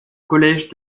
collège